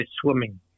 swimming